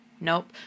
Nope